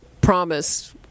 promise